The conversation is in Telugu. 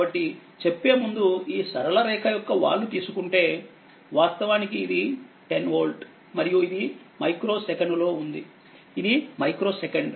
కాబట్టి చెప్పే ముందుఈ సరళ రేఖ యొక్క వాలు తీసుకుంటే వాస్తవానికిఇది 10 వోల్ట్ మరియు ఇది మైక్రో సెకనులో ఉంది ఇది మైక్రో సెకండ్